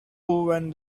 went